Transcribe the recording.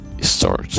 start